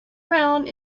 round